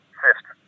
fifth